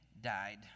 died